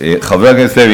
חבר הכנסת לוי,